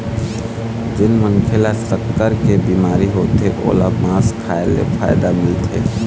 जेन मनखे ल सक्कर के बिमारी होथे ओला बांस खाए ले फायदा मिलथे